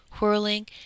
whirling